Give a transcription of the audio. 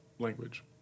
language